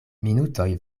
minutoj